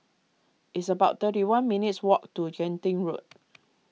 it's about thirty one minutes' walk to Genting Road